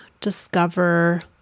discover